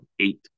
eight